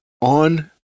on